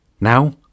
Now